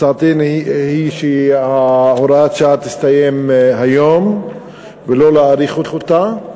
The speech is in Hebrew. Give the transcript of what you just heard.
הצעתי היא שהוראת השעה תסתיים היום ולא להאריך אותה.